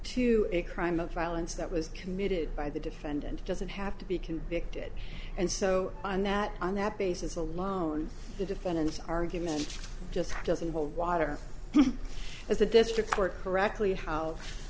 to a crime of violence that was committed by the defendant doesn't have to be convicted and so on that on that basis alone the defendant's argument just doesn't hold water as a district court correctly ho